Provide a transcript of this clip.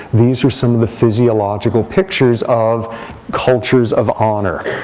these are some of the physiological pictures of cultures of honor.